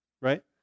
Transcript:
right